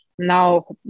now